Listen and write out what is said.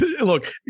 look